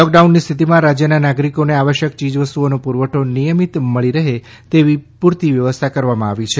લોક ડાઉનની સ્થિતિમાં રાજયના નાગરીકોને આવશ્યક ચીજવસ્તુઓનો પુરવઠો નિયમિત મળી રહે તેવી પુરતી વ્યવસ્થા કરવામાં આવી છે